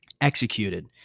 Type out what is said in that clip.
executed